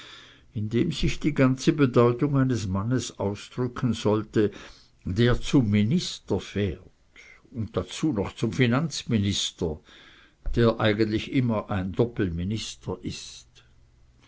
dem sich die ganze bedeutung eines mannes ausdrücken sollte der zum minister fährt noch dazu zum finanzminister der eigentlich immer ein doppelminister ist